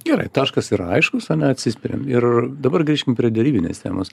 gerai taškas yra aiškus ane atsispiriam ir dabar grįžkim prie derybinės temos